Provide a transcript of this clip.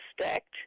stacked